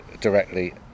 directly